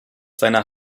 seiner